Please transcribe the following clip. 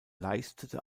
leistete